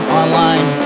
online